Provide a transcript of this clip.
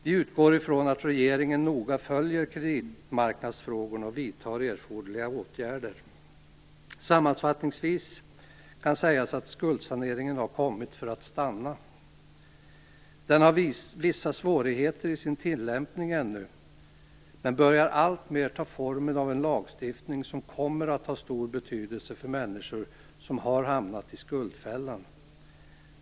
Vi utgår ifrån att regeringen noga följer kreditmarknadsfrågorna och vidtar erforderliga åtgärder. Sammanfattningsvis kan sägas att skuldsaneringen har kommit för att stanna. Det har hittills varit vissa svårigheter vid tillämpningen av den, men den har nu alltmer börjat ta formen av en lagstiftning som kommer att ha stor betydelse för de människor som har hamnat i skuldfällan.